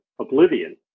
oblivion